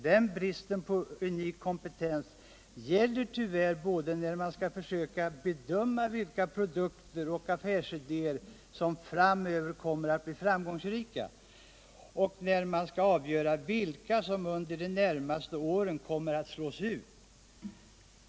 Den bristen på unik kompetens gäller tyvärr både när man skall försöka bedöma vilka produkter och affärsidéer som framöver kommer att bli framgångsrika och när man skall avgöra vilka som under de närmaste åren kommer att slås ut.